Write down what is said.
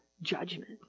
judgment